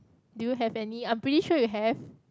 do you have any I'm pretty sure you have